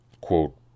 Quote